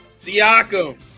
Siakam